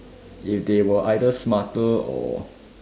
if they were either smarter or